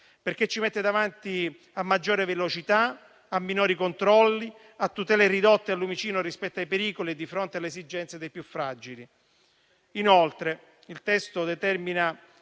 perché ci mette davanti a maggiore velocità, a minori controlli, a tutele ridotte al lumicino rispetto ai pericoli e di fronte alle esigenze dei più fragili. Inoltre, il testo determina